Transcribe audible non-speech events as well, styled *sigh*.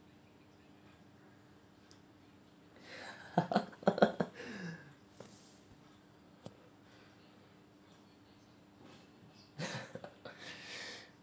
*laughs* *laughs* *breath*